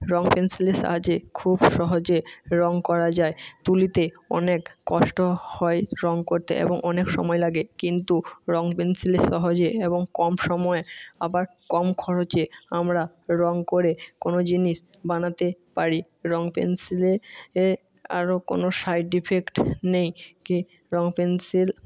রঙ পেনসিলের সাহাযে খুব সহজে রঙ করা যায় তুলিতে অনেক কষ্ট হয় রঙ করতে এবং অনেক সময় লাগে কিন্তু রঙ পেনসিলে সহজে এবং কম সময়ে আবার কম খরচে আমরা রঙ করে কোনো জিনিস বানাতে পারি রঙ পেনসিলে আরও কোনো সাইড এফেক্ট নেই কি রঙ পেনসিল